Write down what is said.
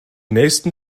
nächsten